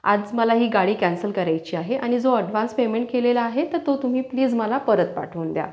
आज मला ही गाडी कॅन्सल करायची आहे आणि जो अडव्हान्स पेमेंट केलेला आहे तर तो तुम्ही प्लीज मला परत पाठवून द्या